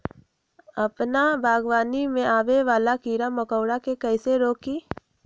अपना बागवानी में आबे वाला किरा मकोरा के कईसे रोकी?